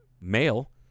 male